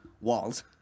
walls